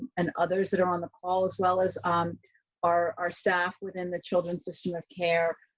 and others that are on the call as well as um our, our staff within the children's system of care.